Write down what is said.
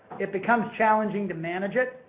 it becomes challenging to manage it.